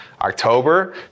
October